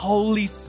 Holy